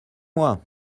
moi